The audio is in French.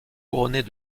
couronnés